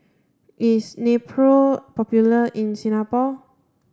is Nepro popular in Singapore